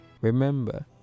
Remember